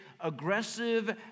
aggressive